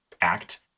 act